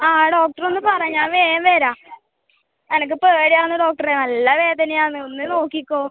ആ ഡോക്ടർ ഒന്ന് പറ ഞാൻ വേഗം വരാം എനിക്ക് പേടി ആകുന്നു ഡോക്ടറെ നല്ല വേദന ആകുന്നു ഒന്ന് നോക്കി നോക്കുവോ